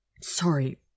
Sorry